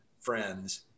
friends